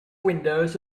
windows